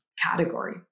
category